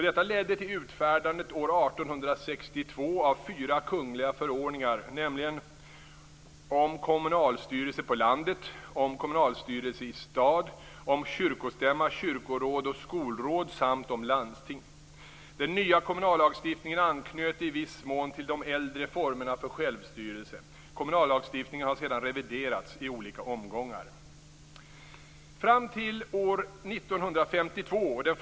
Detta ledde år 1862 till utfärdandet av fyra kungliga förordningar, nämligen om kommunalstyrelse på landet, om kommunalstyrelse i stad, om kyrkostämma, kyrkoråd och skolråd samt om landsting. Den nya kommunallagstiftningen anknöt i viss mån till de äldre formerna för självstyrelse. Kommunallagstiftningen har sedan reviderats i olika omgångar.